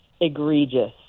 egregious